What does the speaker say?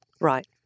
Right